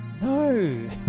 No